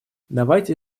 давайте